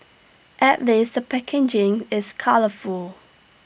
at least the packaging is colourful